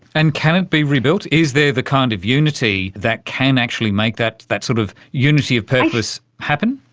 and can it be rebuilt? is there the kind of unity that can actually make that that sort of unity of purpose happen?